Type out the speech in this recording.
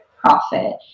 profit